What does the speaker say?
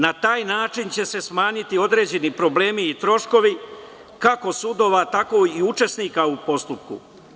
Na taj način će se smanjiti određeni problemi i troškovi, kako sudova, tako i učesnika u postupku.